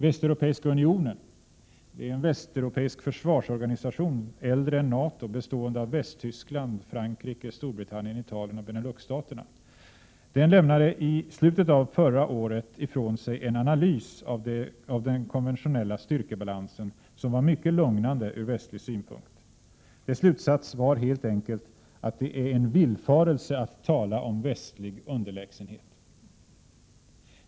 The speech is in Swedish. Västeuropeiska Unionen — en västeuropeisk försvarsorganisation äldre än NATO bestående av Västtyskland, Frankrike, Storbritannien, Italien och Beneluxstaterna — lämnade i slutet av förra året ifrån sig en analys av den konventionella styrkebalansen, som var mycket lugnande ur västlig synpunkt. Dess slutsats var helt enkelt att det är en villfarelse att tala om västlig underlägsenhet.